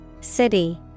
City